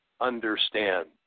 understand